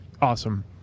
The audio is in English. Awesome